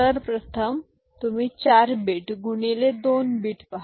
तर प्रथम तुम्ही 4 बिट गुणिले 2 बिट पहा